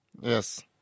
Yes